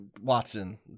Watson